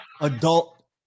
adult